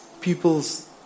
people's